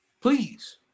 Please